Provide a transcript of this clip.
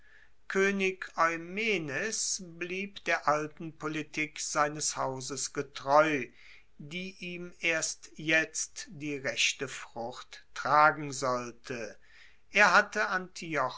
koenig eumenes blieb der alten politik seines hauses getreu die ihm erst jetzt die rechte frucht tragen sollte er hatte